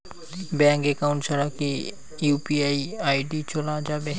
Bank account ছাড়া কি UPI ID চোলা যাবে?